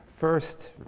first